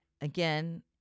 again